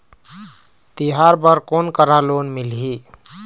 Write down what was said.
तिहार बर कोन करा लोन मिलही?